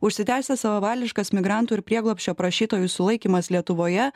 užsitęsęs savavališkas migrantų ir prieglobsčio prašytojų sulaikymas lietuvoje